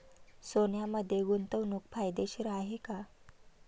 सोन्यामध्ये गुंतवणूक फायदेशीर आहे का?